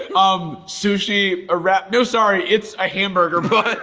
um um, sushi, a wrap, no sorry. it's a hamburger but